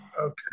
Okay